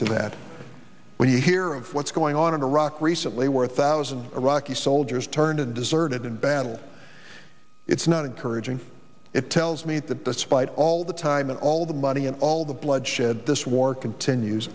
to that when you hear of what's going on in iraq recently where thousands of iraqi soldiers turned and deserted in battle it's not encouraging it tells me that despite all the time and all the money and all the bloodshed this war continues